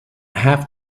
have